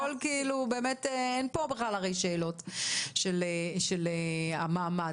אין פה שאלות של המעמד.